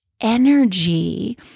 energy